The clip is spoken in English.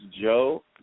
Joe